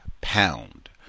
pound